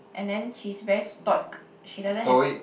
and then she's very stoic she doesn't have